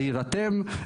להירתם,